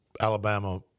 Alabama